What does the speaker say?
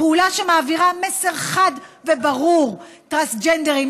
פעולה שמעבירה מסר חד וברור: טרנסג'נדרים,